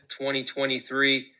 2023